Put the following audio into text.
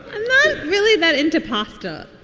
i'm not really that into pasta.